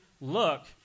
look